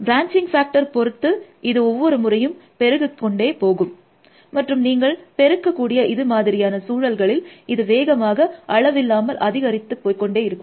branching ஃபாக்டரை பொறுத்து இது ஒவ்வொரு முறையும் பெருகிக்கொண்டே போகும் மற்றும் நீங்கள் பெருக்க கூடிய இது மாதிரியான சூழல்களில் இது வேகமாக அளவில்லாமல் அதிகரித்து போய் கொண்டே இருக்கும்